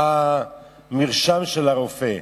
המרשם של הרופא.